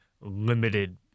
limited